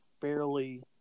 fairly